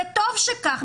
וטוב שכך,